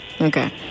Okay